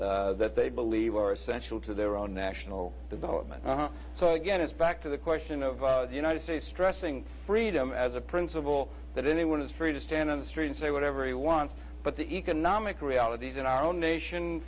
values that they believe are essential to their own national development so again it's back to the question of the united states stressing freedom as a principle that anyone is free to stand in the street and say whatever he wants but the economic realities in our own nation